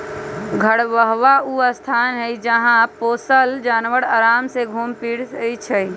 घेरहबा ऊ स्थान हई जहा पोशल जानवर अराम से घुम फिरइ छइ